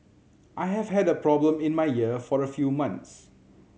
I have had a problem in my ear for a few months